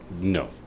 No